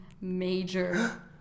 major